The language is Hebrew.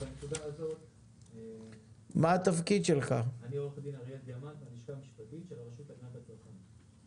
אני מן הלשכה המשפטית של הרשות להגנת הצרכן.